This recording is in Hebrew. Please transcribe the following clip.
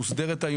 מוסדרת.